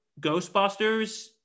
Ghostbusters